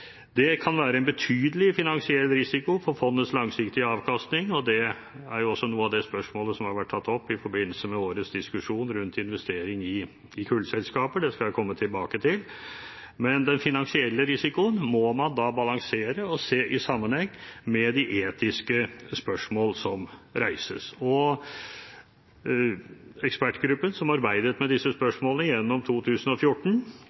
Det kan være en betydelig finansiell risiko for fondets langsiktige avkastning, og det er jo også noe av det spørsmålet som har vært tatt opp i forbindelse med årets diskusjon rundt investering i kullselskaper. Det skal jeg komme tilbake til. Men den finansielle risikoen må man da balansere og se i sammenheng med de etiske spørsmål som reises. Ekspertgruppen som arbeidet med disse spørsmålene gjennom 2014,